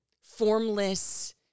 formless